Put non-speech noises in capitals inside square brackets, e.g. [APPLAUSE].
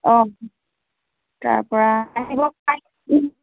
অঁ তাৰপৰা আহিব [UNINTELLIGIBLE]